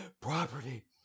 property